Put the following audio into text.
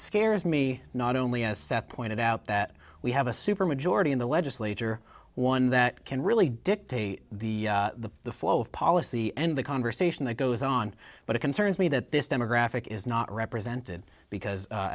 scares me not only a set point out that we have a supermajority in the legislature one that can really dictate the the flow of policy and the conversation that goes on but it concerns me that this demographic is not represented because